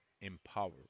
empower